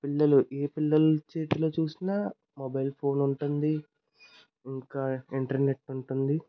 పిల్లలు ఏ పిల్లల చేతిలో చూసిన మొబైల్ ఫోన్ ఉంటుంది ఇంకా ఇంటర్నెట్ ఉంటుంది